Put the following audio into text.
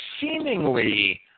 seemingly